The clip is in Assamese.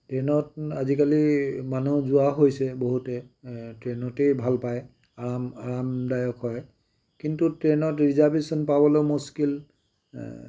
ট্ৰেইনত আজিকালি মানুহ যোৱা হৈছে বহুতে ট্ৰেইনতে ভাল পায় আৰাম আৰামদায়ক হয় কিন্তু ট্ৰেইনত ৰিজাৰ্ভেশ্যন পাবলৈ মুস্কিল